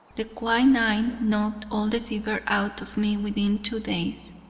the quinine knocked all the fever out of me within two days.